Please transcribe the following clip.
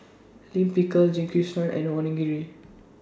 Lime Pickle Jingisukan and Onigiri